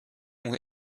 ont